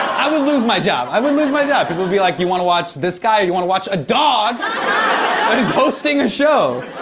i would lose my job. i would lose my job. people would be like, you wanna watch this guy or you wanna watch a dog that is hosting a show?